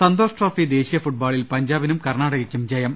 Santhosh trophy ദേശീയ ഫുട്ബോളിൽ പഞ്ചാബിനും കർണാ ടകയ്ക്കും ജയം